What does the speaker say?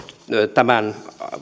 tämän